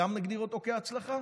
כהצלחה?